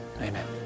Amen